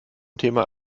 thema